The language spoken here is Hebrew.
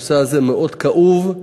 הנושא הזה מאוד כאוב,